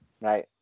Right